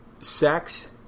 sex